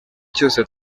cyose